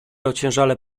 ociężale